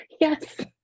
Yes